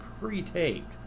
pre-taped